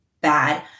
bad